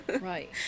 right